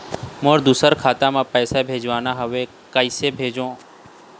मोर दुसर खाता मा पैसा भेजवाना हवे, कइसे भेजों?